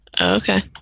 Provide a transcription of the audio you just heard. Okay